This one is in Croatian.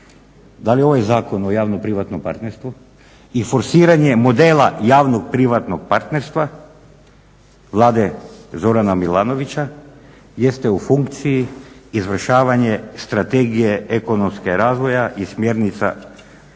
da li ovaj Zakon o javno-privatnom partnerstvu i forsiranje modela javno-privatnog partnerstva Vlade Zorana Milanovića jeste u funkciji izvršavanje Strategije ekonomskog razvoja i smjernica